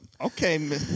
okay